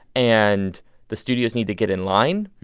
and the studios need to get in line.